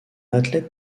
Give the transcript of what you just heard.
athlète